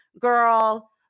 Girl